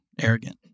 arrogant